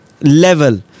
level